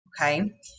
Okay